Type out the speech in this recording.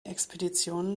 expeditionen